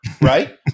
right